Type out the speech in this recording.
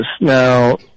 Now